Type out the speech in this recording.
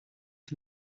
for